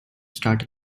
start